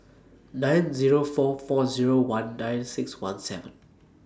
nine Zero four four Zero one nine six one seven